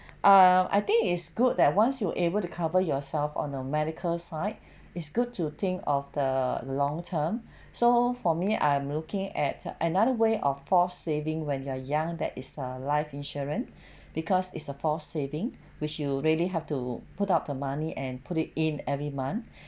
err I think it's good that once you able to cover yourself on the medical side it's good to think of the long term so for me I'm looking at another way of forced saving when you are young that is a life insurance because is a forced saving which you really have to put up the money and put it in every month